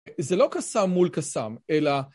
זה לא קסם מול קסם, אלא...